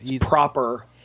proper